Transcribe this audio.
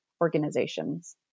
Organizations